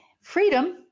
freedom